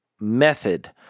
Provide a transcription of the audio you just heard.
method